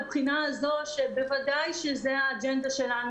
וכולכם מתפרצים לדלת מאוד פתוחה מהבחינה הזו שבוודאי שזה האג'נדה שלנו,